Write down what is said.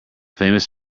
famous